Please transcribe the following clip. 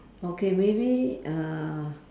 okay maybe uh